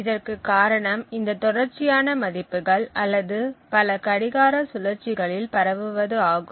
இதற்கு காரணம் இந்த தொடர்ச்சியான மதிப்புகள் அல்லது பல கடிகார சுழற்சிகளில் பரவுவது ஆகும்